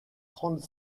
trente